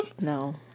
No